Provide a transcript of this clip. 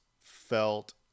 felt